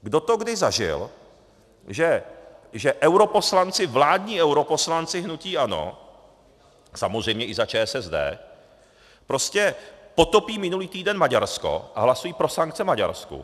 Kdo to kdy zažil, že europoslanci, vládní europoslanci hnutí ANO, samozřejmě i za ČSSD, prostě potopí minulý týden Maďarsko a hlasují pro sankce Maďarsku?